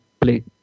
play